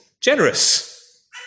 generous